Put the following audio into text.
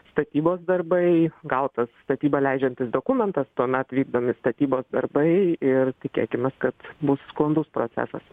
statybos darbai gautas statybą leidžiantis dokumentas tuomet vykdomi statybos darbai ir tikėkimės kad bus sklandus procesas